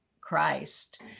Christ